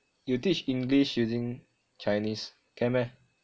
you teach english using chinese can meh